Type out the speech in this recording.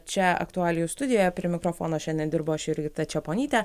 čia aktualijų studijoje prie mikrofono šiandien dirbu aš jurgita čeponytė